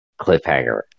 cliffhanger